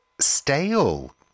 stale